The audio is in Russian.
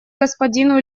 господину